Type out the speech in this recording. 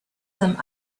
some